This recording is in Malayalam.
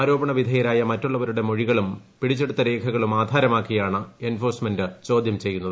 ആരോപണ വിധേയരായ മറ്റുള്ളവരുടെ മൊഴികളും പിടിച്ചെടുത്ത രേഖകളും ആധാരമാക്കിയാണ് എൻഫോഴ്മെന്റ് ചോദ്യം ചെയ്യുന്നത്